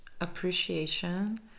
appreciation